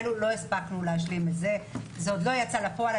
לא הספקנו להשלים את זה, זה עדיין לא יצא לפועל.